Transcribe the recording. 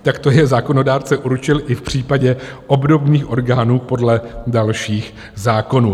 Takto je zákonodárce poučil i v případě obdobných orgánů podle dalších zákonů.